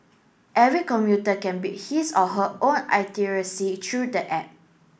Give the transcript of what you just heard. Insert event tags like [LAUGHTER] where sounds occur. every commuter can build his or her own [UNINTELLIGIBLE] through the app